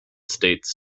states